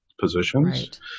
positions